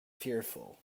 fearful